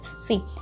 see